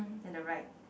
at the right